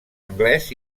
anglès